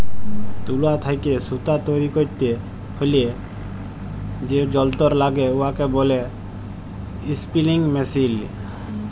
তুলা থ্যাইকে সুতা তৈরি ক্যইরতে হ্যলে যে যল্তর ল্যাগে উয়াকে ব্যলে ইস্পিলিং মেশীল